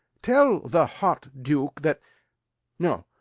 tell the hot duke that no,